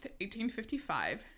1855